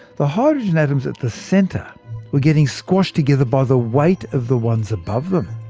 the hydrogen atoms at the centre were getting squashed together by the weight of the ones above them.